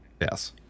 yes